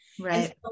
right